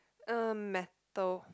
uh metal